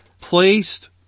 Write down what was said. placed